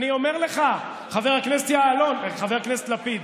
אני אומר לך, חבר הכנסת יעלון, חבר הכנסת לפיד,